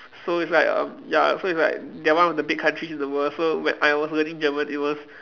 so it's like um ya so it's like they're one of the big countries in the world so when I was learning German it was